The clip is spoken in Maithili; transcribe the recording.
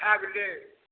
भए गेलै